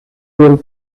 will